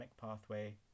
pathway